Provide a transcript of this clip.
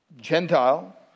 Gentile